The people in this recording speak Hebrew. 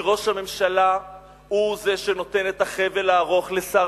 כי ראש הממשלה הוא זה שנותן את החבל הארוך לשר